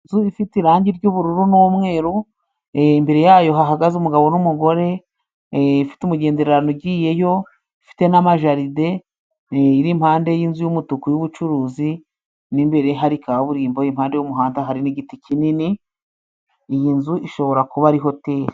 Inzu ifite irangi ry'ubururu n'umweru, imbere yayo hahagaze umugabo n'umugore, ifite umugenderano ugiyeyo ifite n'amajaride, iri impande y'inzu y'umutuku y'ubucuruzi n'imbere hari kaburimbo impande y'umuhanda hari n'igiti kinini, iyi nzu ishobora kuba ari hoteri.